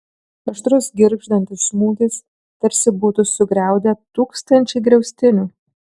aštrus girgždantis smūgis tarsi būtų sugriaudę tūkstančiai griaustinių